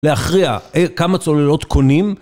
להכריע כמה צוללות קונים